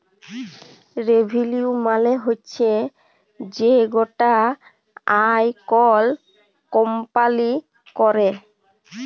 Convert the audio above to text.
revenue মালে হচ্যে যে গটা আয় কল কম্পালি ক্যরে